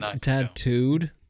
tattooed